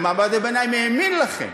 ומעמד הביניים האמין לכם,